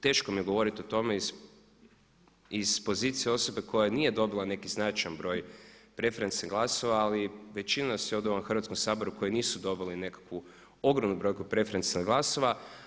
Teško mi je govoriti o tome iz pozicije osobe koja nije dobila neki značajan broj preferencijalnih glasova ali većina nas je ovdje u ovom Hrvatskom saboru koji nisu dobili nekakvu ogromnu brojku preferencijalnih glasova.